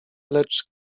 lecz